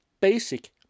basic